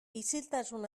isiltasun